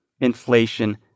inflation